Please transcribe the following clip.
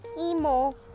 emo